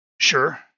Sure